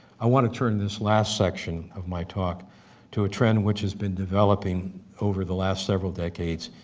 i want to turn this last section of my talk to a trend which has been developing over the last several decades,